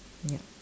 yup